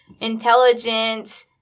intelligent